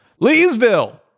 Leesville